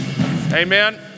amen